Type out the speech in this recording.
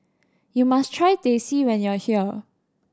you must try Teh C when you are here